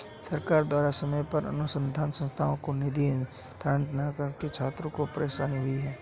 सरकार द्वारा समय पर अनुसन्धान संस्थानों को निधि स्थानांतरित न करने से छात्रों को परेशानी हुई